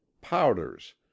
powders